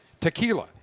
Tequila